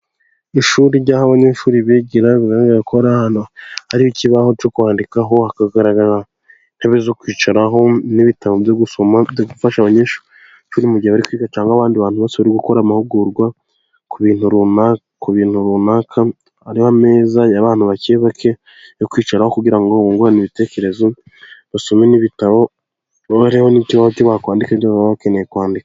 Ishuri ryaho abanyeshuri bigaragarako hari ikibaho cyo kwandikaho hagaragara intebe zo kwicaraho ibitabo byo gufasha abanyeshyuri mu gihe bari kwiga cyangwa abandi bantu bose uri gukora amahugurwa ku bintu runaka, hariho ameza abantu bake bake yo kwicaraho kugira ngo bungurane ibitekerezo basome nibitabo babaho nicyowati bakwandika ibindi baba bakeneye kwandika.